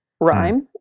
rhyme